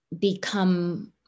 become